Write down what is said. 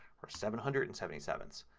or seven hundred and seventy sevenths.